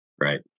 right